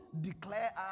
declare